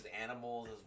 animals